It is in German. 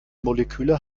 moleküle